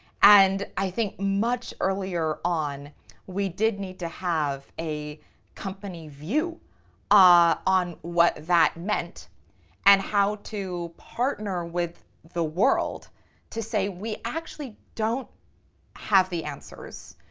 and i think much earlier on we did need to have a company view ah on what that meant and how to partner with the world to say we actually don't have the answers.